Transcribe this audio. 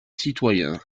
citoyen